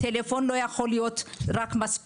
טלפון לא יכול להיות מספיק,